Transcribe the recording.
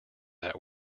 that